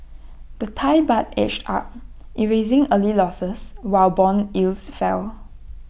the Thai Baht edged up erasing early losses while Bond yields fell